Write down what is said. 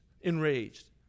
enraged